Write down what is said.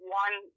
one